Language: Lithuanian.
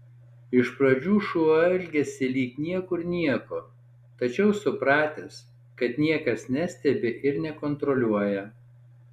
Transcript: iš pradžių šuo elgiasi lyg niekur nieko tačiau supratęs kad niekas nestebi ir nekontroliuoja